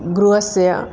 गृहस्य